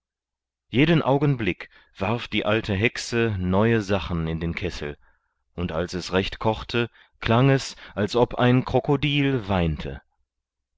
jeden augenblick warf die alte hexe neue sachen in den kessel und als es recht kochte klang es als ob ein krokodil weinte